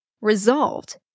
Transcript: Resolved